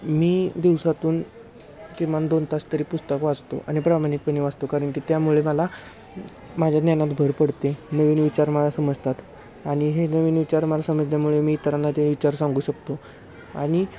मी दिवसातून किमान दोन तास तरी पुस्तक वाचतो आणि प्रमाणिकपणे वाचतो कारण की त्यामुळे मला माझ्या ज्ञानात भर पडते नवीन विचार मला समजतात आनि हे नवीन विचार मला समजल्यामुळे मी इतरांना ते विचार सांगू शकतो आणि